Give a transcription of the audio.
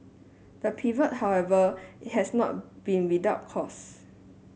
the pivot however has not been without costs